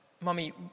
Mummy